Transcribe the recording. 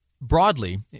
broadly